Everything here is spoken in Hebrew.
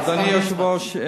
אדוני היושב-ראש,